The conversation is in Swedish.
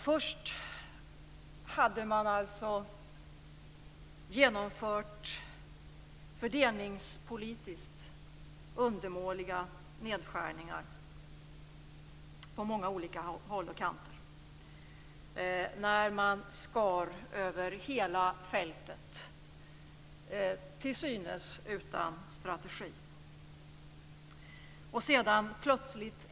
Först hade man genomfört fördelningspolitiskt undermåliga nedskärningar på många olika håll och kanter när man hade skurit över hela fältet, till synes utan strategi.